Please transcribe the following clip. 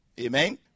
Amen